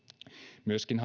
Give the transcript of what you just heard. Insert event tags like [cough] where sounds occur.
myöskin [unintelligible]